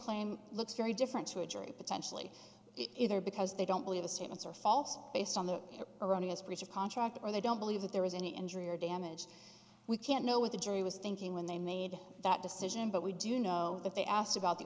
claim looks very different to a jury potentially it either because they don't believe the statements are false based on the erroneous breach of contract or they don't believe that there was any injury or damage we can't know what the jury was thinking when they made that decision but we do know that they asked about the